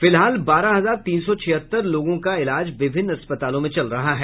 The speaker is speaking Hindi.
फिलहाल बारह हजार तीन सौ छिहत्तर लोगों का इलाज विभिन्न अस्पतालों में चल रहा है